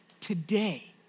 today